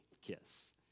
kiss